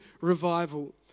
revival